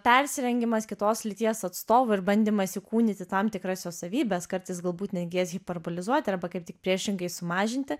persirengimas kitos lyties atstovu ir bandymas įkūnyti tam tikras jos savybes kartais galbūt netgi hiperbolizuoti arba kaip tik priešingai sumažinti